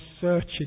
searching